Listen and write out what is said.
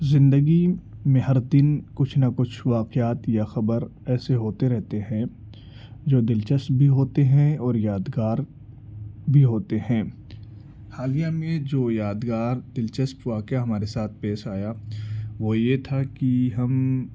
زندگی میں ہر دن کچھ نہ کچھ واقعات یا خبر ایسے ہوتے رہتے ہیں جو دلچسپ بھی ہوتے ہیں اور یادگار بھی ہوتے ہیں حالیہ میں جو یادگار دلچسپ واقعہ ہمارے ساتھ پیش آیا وہ یہ تھا کہ ہم